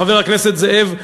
חבר הכנסת זאב,